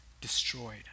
destroyed